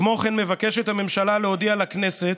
כמו כן מבקשת הממשלה להודיע לכנסת,